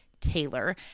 Taylor